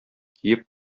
киеп